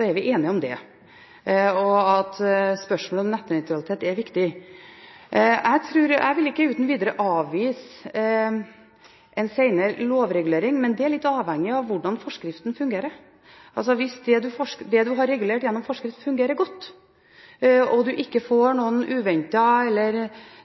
er vi enige om det – og at spørsmålet om nettnøytralitet er viktig. Jeg vil ikke uten videre avvise en lovregulering senere, men det er litt avhengig av hvordan forskriften fungerer. Hvis det en har regulert gjennom forskrift, fungerer godt og en ikke ser noen uventede eller